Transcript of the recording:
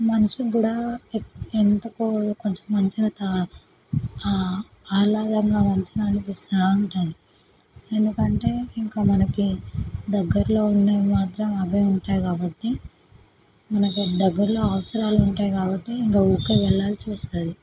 మనసుకి కూడా ఎందుకో కొంచెం మంచిగా తా ఆహ్లాదంగా మంచిగా అనిపిస్తూ ఉంటుంది ఎందుకంటే ఇంకా మనకి దగ్గర్లో ఉన్నవి మాత్రం అవే ఉంటాయి కాబట్టి మనకి దగ్గర్లో అవసరాలు ఉంటాయి కాబట్టి ఇంకా ఊరికే వెళ్ళాల్సి వస్తుంది